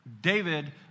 David